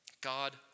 God